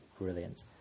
brilliant